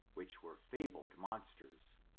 which were fabled monsters,